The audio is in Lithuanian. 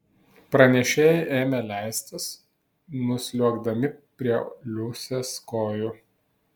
pranešėjai ėmė leistis nusliuogdami prie liusės kojų